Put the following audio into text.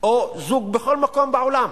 או לזוג בכל מקום בעולם.